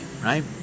Right